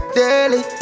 daily